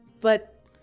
but-